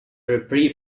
reprieve